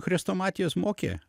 chrestomatijos mokė